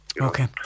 Okay